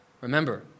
remember